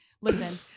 Listen